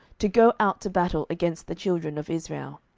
to go out to battle against the children of israel.